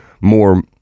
more